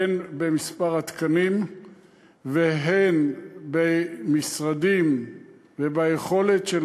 הן במספר התקנים והן במשרדים וביכולת של